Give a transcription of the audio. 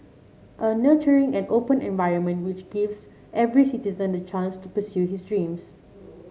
a nurturing and open environment which gives every citizen the chance to pursue his dreams